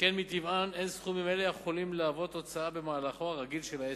שכן מטבעם אין סכומים אלה יכולים להוות הוצאה במהלכו הרגיל של העסק.